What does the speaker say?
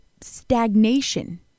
stagnation